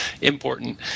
important